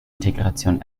integration